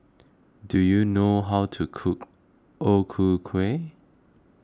do you know how to cook O Ku Kueh